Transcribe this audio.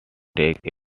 take